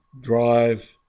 drive